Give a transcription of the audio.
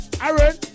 Aaron